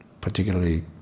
Particularly